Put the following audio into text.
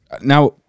now